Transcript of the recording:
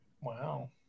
Wow